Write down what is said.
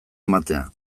ematea